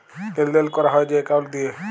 লেলদেল ক্যরা হ্যয় যে একাউল্ট দিঁয়ে